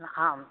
ହଁ